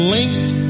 Linked